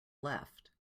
left